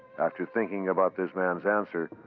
after thinking about this man's answer,